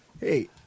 Hey